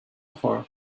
for